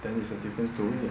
that makes a difference to me